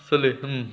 solid hmm